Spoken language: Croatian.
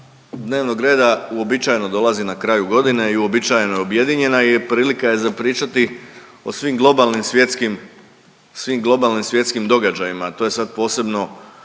dnevnog reda uobičajeno dolazi na kraju godine i uobičajeno je objedinjena i prilika je za pričati o svim globalnim svjetskim događajima, to je sad posebno